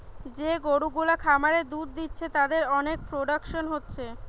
যে গরু গুলা খামারে দুধ দিচ্ছে তাদের অনেক প্রোডাকশন হচ্ছে